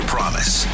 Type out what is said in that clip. Promise